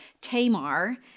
Tamar